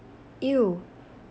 !eww!